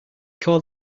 call